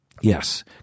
Yes